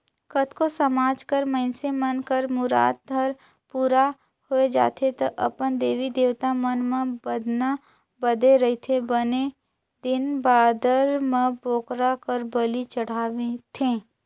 कतको समाज कर मइनसे मन कर मुराद हर पूरा होय जाथे त अपन देवी देवता मन म बदना बदे रहिथे बने दिन बादर म बोकरा कर बली चढ़ाथे